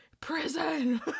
prison